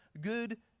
good